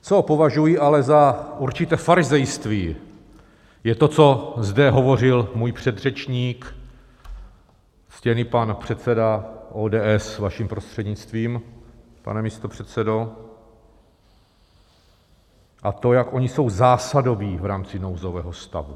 Co ale považuji za určité farizejství, je to, co zde říkal můj předřečník, ctěný pan předseda ODS, vaším prostřednictvím, pane místopředsedo, a to, jak oni jsou zásadoví v rámci nouzového stavu.